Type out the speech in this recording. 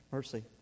Mercy